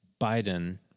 Biden